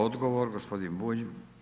Odgovor gospodin Bulj.